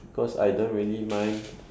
cause I don't really mind